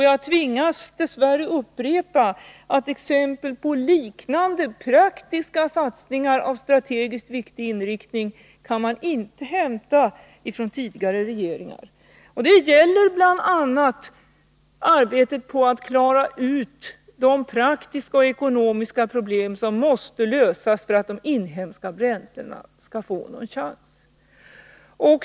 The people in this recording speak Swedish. Jag tvingas dess värre upprepa att man inte kan hämta exempel på liknande praktiska satsningar av strategiskt viktig inriktning från tidigare regeringar. Det gäller bl.a. arbetet på att klara ut de praktiska och ekonomiska problem som måste lösas för att de inhemska bränslena skall få någon chans.